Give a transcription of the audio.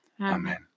Amen